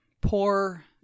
Poor